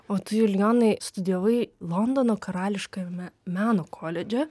o tu julijonai studijavai londono karališkajame meno koledže